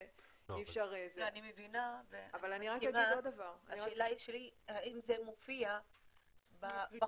השאלה שלי היא האם זה מופיע בחוק.